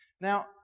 Now